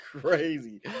crazy